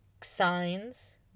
signs